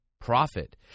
profit